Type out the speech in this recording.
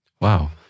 Wow